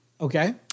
Okay